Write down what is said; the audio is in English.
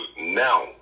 now